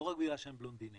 לא רק בגלל שהם בלונדינים.